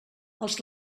els